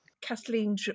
Kathleen